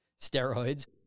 steroids